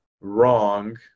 wrong